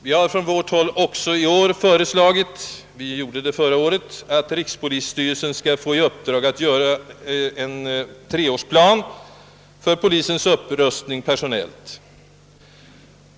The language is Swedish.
Vi har från vårt håll i år föreslagit — vi gjorde det även förra året — att rikspolisstyrelsen skall få i uppdrag att göra upp en treårsplan för polisens upprustning personellt.